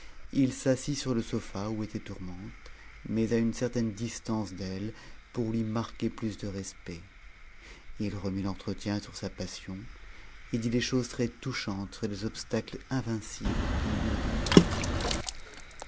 il s'assit sur le sofa où était tourmente mais à certaine distance d'elle pour lui marquer plus de respect il remit l'entretien sur sa passion et dit des choses très touchantes sur les obstacles invincibles qui lui étaient toute espérance